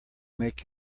make